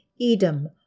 Edom